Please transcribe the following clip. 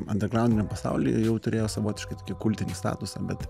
andergraudiniam pasauly jau turėjo savotiškai tokį kultinį statusą bet